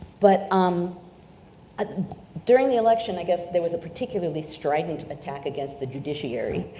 but um ah during the election i guess there was a particularly strident attack against the judiciary,